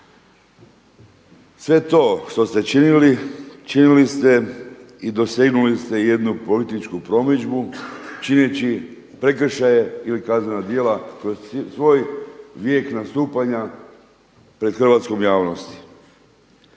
Sve to što ste činili, činili ste i dosegnuli ste jednu političku promidžbu čineći prekršaje ili kaznena djela kroz svoj vijek nastupanja pred hrvatskom javnosti.